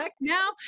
now